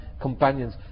companions